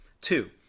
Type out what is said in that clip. Two